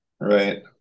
Right